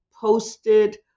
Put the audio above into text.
posted